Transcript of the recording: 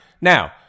Now